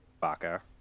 Baka